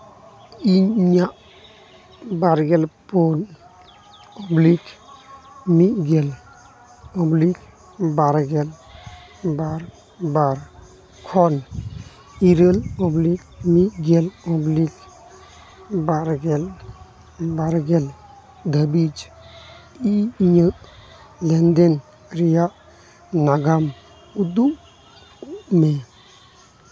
ᱤᱧ ᱤᱧᱟᱹᱜ ᱵᱟᱨᱜᱮᱞ ᱯᱩᱱ ᱚᱵᱽᱞᱤᱠ ᱢᱤᱫᱜᱮᱞ ᱚᱵᱽᱞᱤᱠ ᱵᱟᱨᱜᱮᱞ ᱵᱟᱨ ᱵᱟᱨ ᱠᱷᱚᱱ ᱤᱨᱟᱹᱞ ᱚᱵᱽᱞᱤᱠ ᱢᱤᱫᱜᱮᱞ ᱚᱵᱽᱞᱤᱠ ᱵᱟᱨᱜᱮᱞ ᱵᱟᱨᱜᱮᱞ ᱫᱷᱟᱹᱵᱤᱡ ᱤᱧ ᱤᱧᱟᱹᱜ ᱞᱮᱱᱫᱮᱱ ᱨᱮᱭᱟᱜ ᱱᱟᱜᱟᱢ ᱩᱫᱩᱜ ᱢᱮ